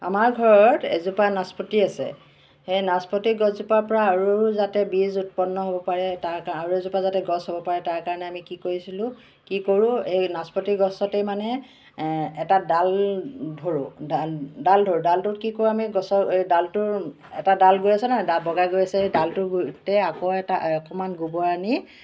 আমাৰ ঘৰত এজোপা নাচপতি আছে সেই নাচপতি গছজোপাৰ পৰা আৰু যাতে বীজ উৎপন্ন হ'ব পাৰে তাৰ কা আৰু এজোপা যাতে গছ উৎপন্ন হ'ব পাৰে তাৰ কাৰণে আমি কি কৰিছিলো কি কৰোঁ এই নাচপতি গছতেই মানে এটা ডাল ধৰোঁ ডাল ডাল ধৰোঁ ডালটোত কি কৰোঁ আমি গছৰ ডালটোৰ এটা ডাল গৈ আছে নহয় বগাই গৈ আছে ডালটোতে আকৌ এটা অকণমান গোবৰ আনি